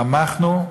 תמכנו,